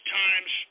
times